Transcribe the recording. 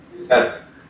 Yes